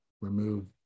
remove